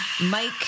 Mike